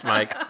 Mike